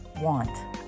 Want